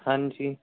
ਹਾਂਜੀ